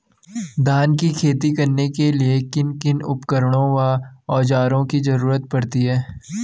धान की खेती करने के लिए किन किन उपकरणों व औज़ारों की जरूरत पड़ती है?